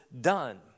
done